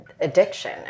addiction